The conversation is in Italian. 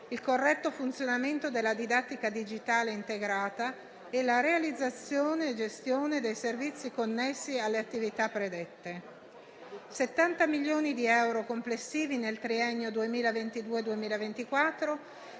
il corretto funzionamento della didattica digitale integrata e la realizzazione e gestione dei servizi connessi alle attività predette; 70 milioni di euro complessivi nel triennio 2022-2024